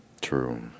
True